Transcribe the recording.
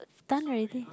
done already